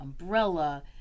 umbrella